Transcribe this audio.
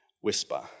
whisper